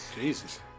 Jesus